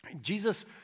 Jesus